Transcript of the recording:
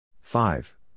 Five